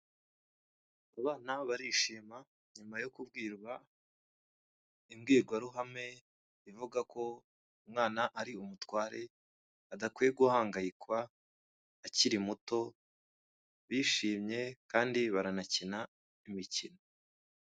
Abana barishima nyuma yo kubwirwa imbwirwaruhame ivuga ko umwana ari umutware, adakwiye guhangayikwa akiri muto, bishimye, kandi baranakina imikino.